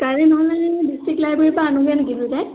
কালি নহ'লে ডিষ্ট্ৰিক্ট লাইব্ৰেৰীৰপৰা আনোগৈ নেকি দুইটাই